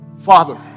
Father